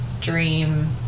dream